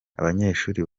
abanyeshuri